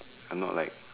I'm not like